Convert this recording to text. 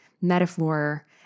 metaphor